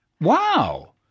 Wow